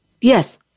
Yes